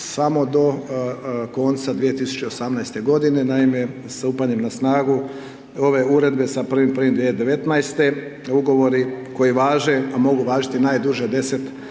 samo do konca 2018.-te godine, naime, sa stupanjem na snagu ove Uredbe sa 1.1.2019.-te Ugovori koji važe, a mogu važiti najduže 10 godina,